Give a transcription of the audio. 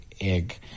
egg